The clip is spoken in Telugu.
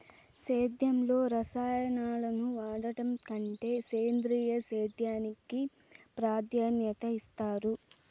సేద్యంలో రసాయనాలను వాడడం కంటే సేంద్రియ సేద్యానికి ప్రాధాన్యత ఇస్తారు